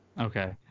Okay